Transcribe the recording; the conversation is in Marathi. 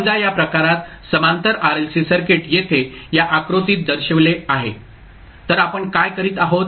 समजा या प्रकारात समांतर RLC सर्किट येथे या आकृतीत दर्शविले आहे तर आपण काय करीत आहोत